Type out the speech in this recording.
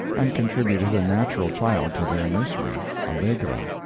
and contributed a natural child to their nursery allegra.